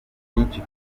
byinshi